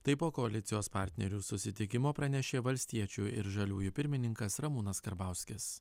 taip po koalicijos partnerių susitikimo pranešė valstiečių ir žaliųjų pirmininkas ramūnas karbauskis